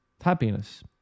happiness